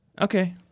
Okay